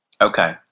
Okay